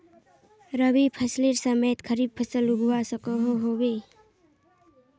रवि फसलेर समयेत खरीफ फसल उगवार सकोहो होबे?